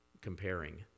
comparing